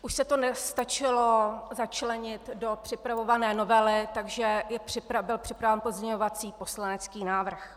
Už se to nestačilo začlenit do připravované novely, takže byl připraven pozměňovací poslanecký návrh.